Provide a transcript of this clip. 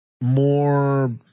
more